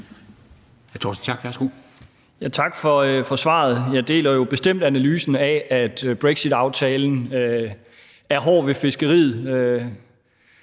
Torsten Schack Pedersen (V): Tak for svaret. Jeg deler bestemt analysen af, at brexitaftalen er hård ved fiskeriet